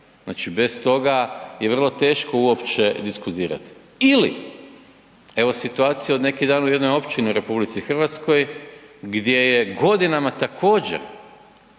Znači, bez toga je vrlo teško uopće diskutirati. Ili, evo situacije od neki dan u jednoj općini u RH gdje je godinama također